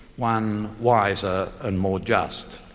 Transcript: one wiser and more just.